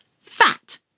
Fat